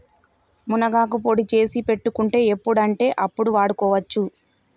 మునగాకు పొడి చేసి పెట్టుకుంటే ఎప్పుడంటే అప్పడు వాడుకోవచ్చు